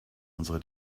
unsere